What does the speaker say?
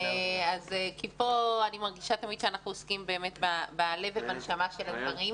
כי פה אני מרגישה תמיד שאנחנו עוסקים באמת בלב ובנשמה של אחרים.